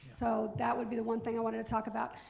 so that would be the one thing i wanted to talk about.